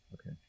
okay